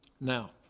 Now